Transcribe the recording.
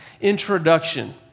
introduction